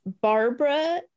Barbara